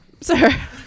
sir